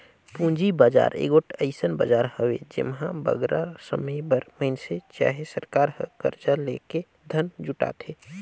पूंजी बजार एगोट अइसन बजार हवे जेम्हां बगरा समे बर मइनसे चहे सरकार हर करजा लेके धन जुटाथे